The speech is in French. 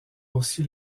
aussi